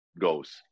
goes